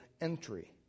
entry